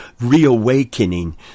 reawakening